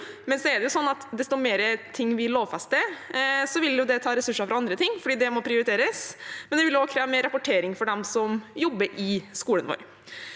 at desto mer vi lovfester, desto mer vil det ta ressurser fra andre ting fordi det må prioriteres, og det vil også kreve mer rapportering for dem som jobber i skolen vår.